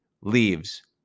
leaves